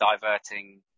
diverting